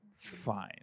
Fine